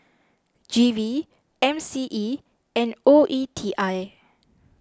G V M C E and O E T I